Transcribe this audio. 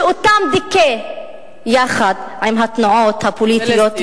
שאותם דיכא יחד עם התנועות הפוליטיות,